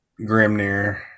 Grimnir